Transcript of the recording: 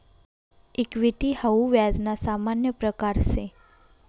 equity हाऊ व्याज ना सामान्य प्रकारसे